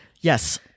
yes